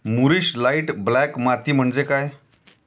मूरिश light black माती म्हणजे काय?